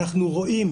אנחנו רואים